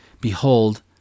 Behold